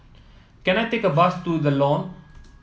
can I take a bus to The Lawn